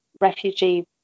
refugee